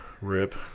rip